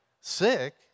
sick